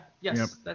yes